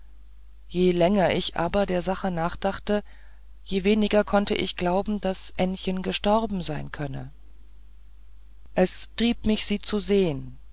je länger ich aber der sache nachdachte je weniger konnte ich glauben daß ännchen gestorben sein könne es trieb mich sie zu sehn